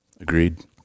Agreed